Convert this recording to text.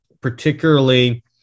particularly